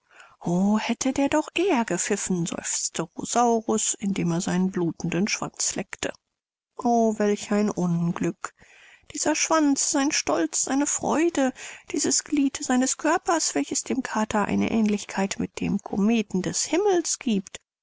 o hätte der doch eher gepfiffen seufzte rosaurus indem er seinen blutenden schwanz leckte o welch ein unglück dieser schwanz sein stolz seine freude dieses glied seines körpers welches dem kater eine aehnlichkeit mit den kometen des himmels giebt